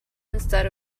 instead